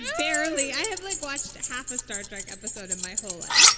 um barely. i have like watched a half of star trek episode in my whole life.